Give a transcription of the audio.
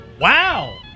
Wow